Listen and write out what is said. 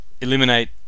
eliminate